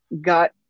got